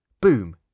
Boom